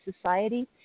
society